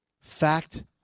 Fact